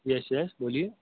یس yes بولیے